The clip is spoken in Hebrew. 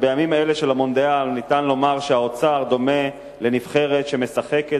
ובימים האלה של המונדיאל ניתן לומר שהאוצר דומה לנבחרת שמשחקת